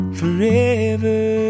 forever